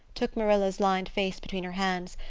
took marilla's lined face between her hands,